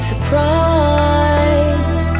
Surprised